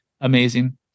amazing